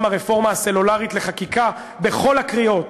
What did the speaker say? הרפורמה הסלולרית לחקיקה בכל הקריאות.